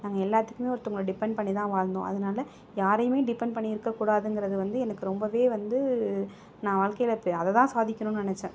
நாங்க எல்லாத்துக்குமே ஒருத்தங்களை டிபன்ட் பண்ணி தான் வாழ்ந்தோம் அதனால் யாரையுமே டிபன்ட் பண்ணி இருக்க கூடாதுங்கிறது வந்து எனக்கு ரொம்பவே வந்து நான் வாழ்க்கையில் அதை தான் சாதிக்கணும்னு நினைச்சேன்